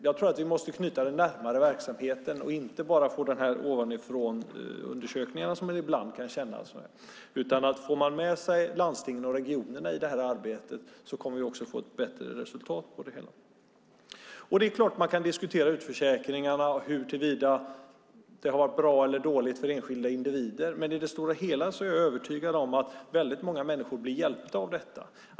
Jag tror att vi måste knyta det närmare verksamheten och inte bara få ovanifrånundersökningar, som det ibland känns. Om man får med sig landstingen och regionerna i det arbetet kommer vi också att få bättre resultat på det hela. Det är klart att man kan diskutera utförsäkringarna och huruvida det har varit bra eller dåligt för enskilda individer, men i det stora hela är jag övertygad om att många människor blivit hjälpta av det.